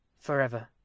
Forever